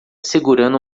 segurando